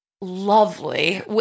lovely